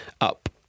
up